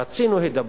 רצינו הידברות.